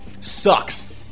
sucks